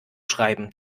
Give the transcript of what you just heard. schreiben